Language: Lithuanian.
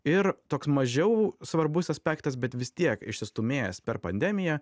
ir toks mažiau svarbus aspektas bet vis tiek išsistūmėjęs per pandemiją